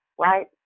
right